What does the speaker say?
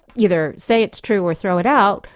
either say it's true or throw it out,